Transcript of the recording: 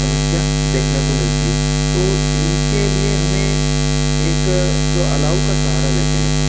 समस्या देखने को मिलती है तो इन के लिए हमें एक जो अलाव का सहारा लेते हैं अपन